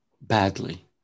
badly